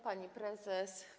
Pani Prezes!